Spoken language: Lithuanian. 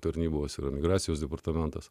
tarnybos migracijos departamentas